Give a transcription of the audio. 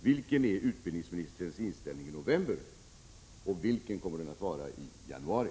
Vilken är utbildningsministerns inställning i november och vilken kommer den att vara i januari?